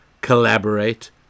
Collaborate